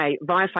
via